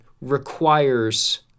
requires